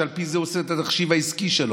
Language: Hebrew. ועל פי זה הוא עושה את התחשיב העסקי שלו.